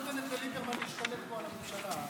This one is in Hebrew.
איך את נותנת לליברמן להשתלט פה על הממשלה,